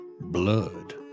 blood